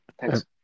Thanks